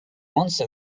once